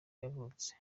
yavutse